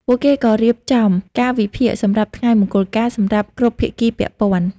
ពួកគេក៏រៀបចំ កាលវិភាគសម្រាប់ថ្ងៃមង្គលការ សម្រាប់គ្រប់ភាគីពាក់ព័ន្ធ។